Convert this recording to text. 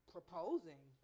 Proposing